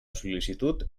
sol·licitud